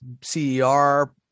CER